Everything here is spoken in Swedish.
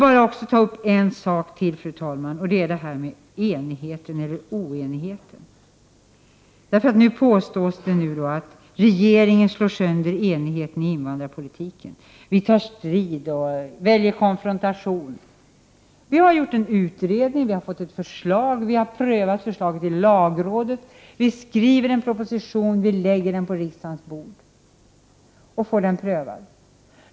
Låt mig ta upp en sak till, fru talman, nämligen detta med enigheten eller oenigheten. Det påstås nu att regeringen slår sönder enigheten i invandrarpolitiken, att vi tar strid och väljer konfrontation. Vi har gjort en utredning, vi har fått ett förslag, vi har prövat förslaget i lagrådet, vi har skrivit en proposition, som vi har lagt på riksdagens bord, och vi får den prövad.